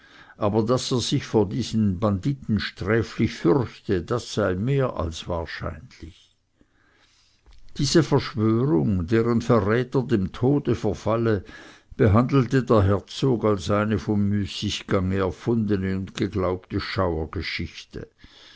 aber daß er sich vor diesen banditen sträflich fürchte das sei mehr als wahrscheinlich diese verschwörung deren verräter dem tode verfalle behandelte der herzog als eine vom müßiggange erfundene und geglaubte